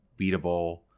beatable